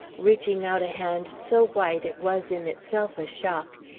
reaching out a hand so white it was in itself a shock,